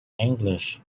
english